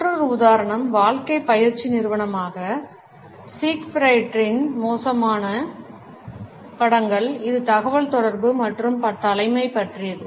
மற்றொரு உதாரணம் வாழ்க்கை பயிற்சி நிறுவனமான சீக்பிரைட்டின் மோசமான படங்கள் இது தகவல் தொடர்பு மற்றும் தலைமை பற்றியது